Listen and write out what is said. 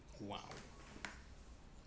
!wow!